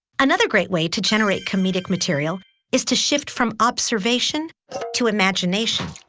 another great way to generate comedic material is to shift from observation to imagination.